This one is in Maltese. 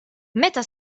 meta